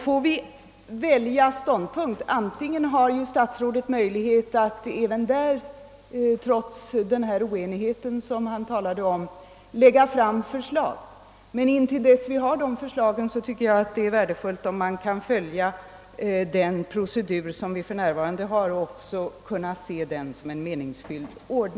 Statsrådet har ju möjlighet att även därvidlag, trots denna oenighet, framlägga förslag. Men innan vi fått de förslagen tycker jag det är värdefullt om man kan följa den procedur som vi för närvarande har och även kan se den som meningsfylld.